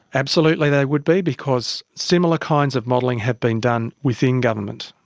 absolutely they would be because similar kinds of modelling have been done within government.